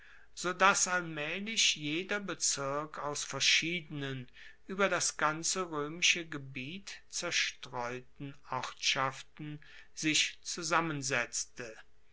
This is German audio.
dass allmaehlich jeder bezirk aus verschiedenen ueber das ganze roemische gebiet zerstreuten ortschaften sich zusammensetzte